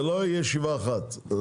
זה לא ישיבה אחת.